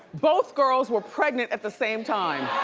both girls were pregnant at the same time.